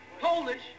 Polish